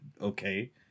okay